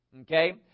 okay